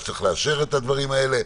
שצריך לאשר את הדברים האלה,